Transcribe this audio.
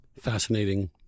Fascinating